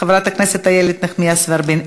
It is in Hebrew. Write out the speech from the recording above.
חברת הכנסת איילת נחמיאס ורבין,